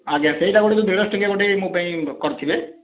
ଆଜ୍ଞା ସେଇଟା ଗୋଟେ ଯୋଉ ଦେଢ଼ଶହ ଟଙ୍କିଆ ଗୋଟେ ମୋ ପାଇଁ କରିଥିବେ